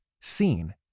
seen